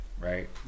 right